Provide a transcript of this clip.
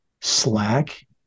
slack